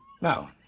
No